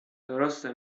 درسته